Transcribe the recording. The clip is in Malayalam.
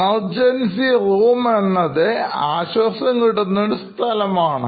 എമർജൻസി റൂംഎന്നത് ആശ്വാസം കിട്ടുന്ന ഒരു സ്ഥലമാണ്